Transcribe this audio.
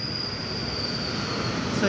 so